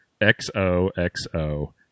XOXO